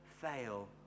fail